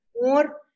more